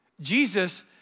Jesus